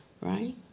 right